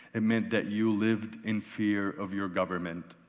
it meant that you lived in fear of your government.